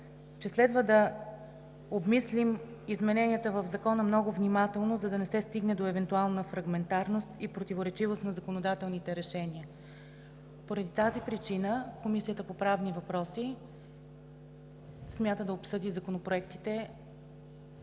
че „следва да обмислим измененията в Закона много внимателно, за да не се стигне до евентуална фрагментарност и противоречивост на законодателните решения“. Поради тази причина Комисията по правни въпроси смята да обсъди законопроектите